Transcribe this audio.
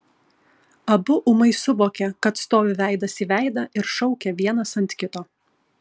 abu ūmai suvokė kad stovi veidas į veidą ir šaukia vienas ant kito